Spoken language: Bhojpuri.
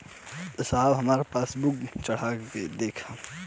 साहब हमार पासबुकवा चढ़ा देब?